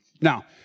Now